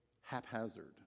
haphazard